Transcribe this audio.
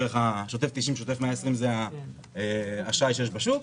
זה לא תירוץ.